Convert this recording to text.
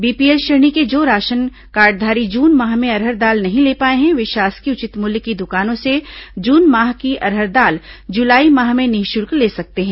BPL श्रेणी के जो राशन कार्डघारी जून माह में अरहर दाल नहीं ले पाए हैं वे शासकीय उचित मूल्य की दुकानों से जून माह की अरहर दाल जुलाई माह में निःशुल्क ले सकते हैं